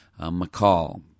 McCall